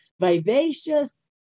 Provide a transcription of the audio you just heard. vivacious